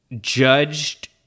judged